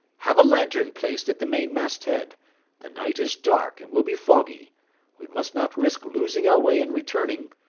have a lantern placed at the mainmast-head the night is dark, and will be foggy we must not risk losing our way in returning.